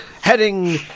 heading